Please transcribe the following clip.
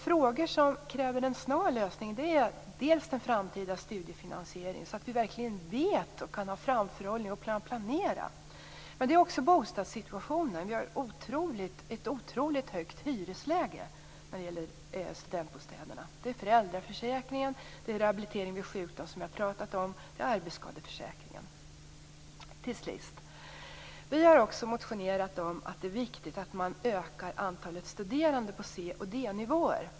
Frågor som kräver ett snabbt svar är dels den om den framtida studiefinansieringen, så att vi verkligen vet vad som händer, kan ha framförhållning och planera. Men det är också frågan om bostadssituationen. Vi har ett otroligt högt hyresläge för studentbostäderna. Detta gäller också föräldraförsäkringen, rehabiliteringen vid sjukdom, som jag pratade om, och arbetsskadeförsäkringen. Till sist vill jag säga att Vänsterpartiet också har motionerat om att det är viktigt att öka antalet studerande på C och D-nivåer.